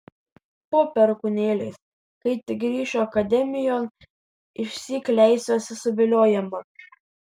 po perkūnėliais kai tik grįšiu akademijon išsyk leisiuosi suviliojama